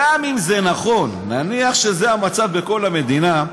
גם אם זה נכון, נניח שזה המצב בכל המדינה,